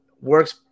works